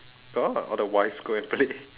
got all the wives go and play